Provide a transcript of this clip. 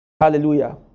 Hallelujah